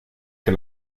que